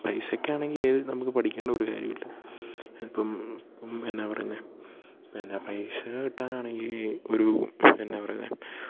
പൈസക്കാണെങ്കിൽ ഏത് നമുക്ക് പഠിക്കേണ്ട ഒരു കാര്യമില്ല ഇപ്പം എന്നാ പറയുന്നത് എന്നാ പൈസ കിട്ടാനാണെങ്കിൽ ഒരു എന്നാ പറയുന്നത്